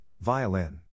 Violin